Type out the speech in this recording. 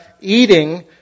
eating